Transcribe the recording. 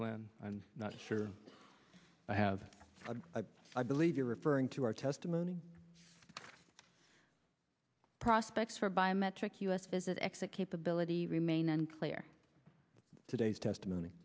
spent i'm not sure i have a i believe you're referring to our testimony prospects for biometric u s visit exit capability remain unclear today's testimony